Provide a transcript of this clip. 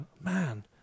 man